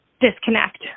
disconnect